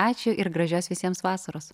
ačiū ir gražios visiems vasaros